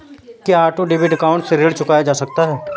क्या auto debit account से ऋण चुकाया जा सकता है?